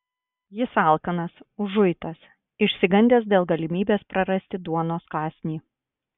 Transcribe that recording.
jis alkanas užuitas išsigandęs dėl galimybės prarasti duonos kąsnį